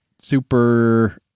super